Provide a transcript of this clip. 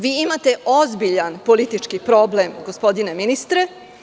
Vi imate ozbiljan politički problem, gospodine ministre.